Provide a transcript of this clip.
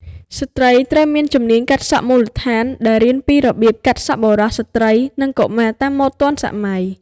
ស្ត្រីត្រូវមានជំនាញកាត់សក់មូលដ្ឋាន ដែលរៀនពីរបៀបកាត់សក់បុរស ស្ត្រី និងកុមារតាមម៉ូដទាន់សម័យ។